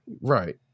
right